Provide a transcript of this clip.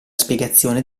spiegazione